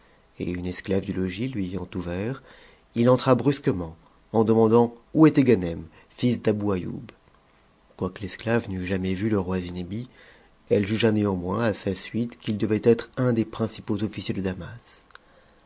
et une esclave du logis lui ayant ouvert il entra brusquement en demandant où était ganem fils d'abou aïoub quoique l'esclave n'eût jamais vu le roi zinebi elle jugea néanmoins sa suite qu'il devait être un des principaux officiers de damas